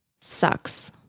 sucks